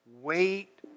Wait